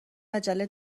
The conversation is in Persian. عجله